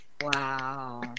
Wow